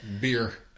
beer